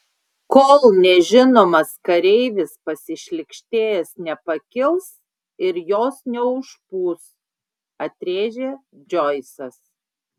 kol nežinomas kareivis pasišlykštėjęs nepakils ir jos neužpūs atrėžė džoisas